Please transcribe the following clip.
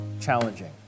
challenging